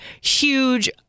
huge